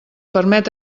permet